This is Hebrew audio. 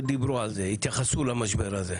התייחסו למשבר הזה.